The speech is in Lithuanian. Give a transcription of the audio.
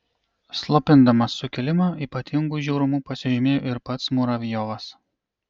slopindamas sukilimą ypatingu žiaurumu pasižymėjo ir pats muravjovas